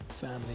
family